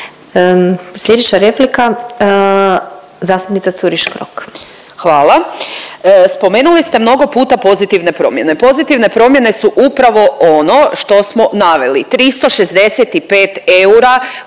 Slijedeća replika zastupnica Curiš Krok. **Curiš Krok, Anita (SDP)** Hvala. Spomenuli ste mnogo puta pozitivne promjene, pozitivne promjene su upravo ono što smo naveli, 365 eura